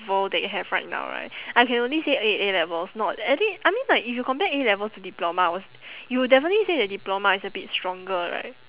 ~vel that you have right now right I can only say A~ A-levels not actually I mean like if you compare A-levels to diplomas you will definitely say that diploma is a bit stronger right